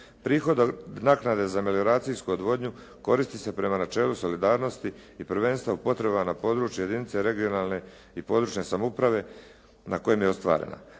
Prihod od naknade za melioracijsku odvodnju koristi se prema načelu solidarnosti i prvenstva u potrebama na području jedinice regionalne i područne samouprave na kojem je ostvarena.